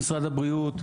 גם ממשרד הבריאות.